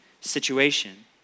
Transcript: situation